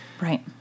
Right